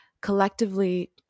collectively